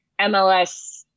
MLS